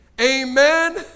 amen